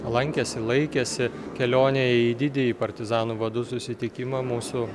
lankėsi laikėsi kelionei į didįjį partizanų vadų susitikimą mūsų